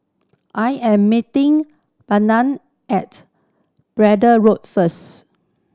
I am meeting at Braddell Road first